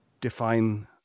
define